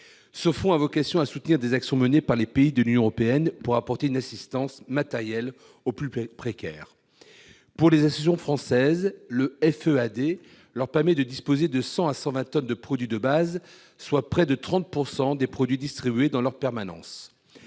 Ce fonds a vocation à soutenir des actions menées par les pays de l'Union européenne pour apporter une assistance matérielle aux plus précaires. Il permet aux associations françaises de disposer de 100 à 120 tonnes de produits de base, soit près de 30 % des produits distribués dans leurs permanences.